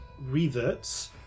reverts